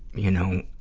you know,